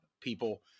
people